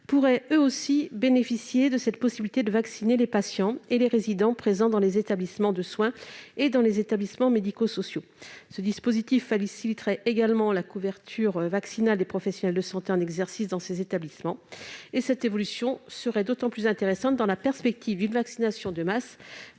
pourraient, eux aussi, bénéficier de cette possibilité de vacciner les patients et résidents présents dans des établissements de soins et médico-sociaux. Ce dispositif faciliterait grandement la couverture vaccinale des professionnels de santé en exercice dans les établissements de soins. Une telle évolution serait d'autant plus intéressante dans la perspective d'une vaccination de masse